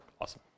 Awesome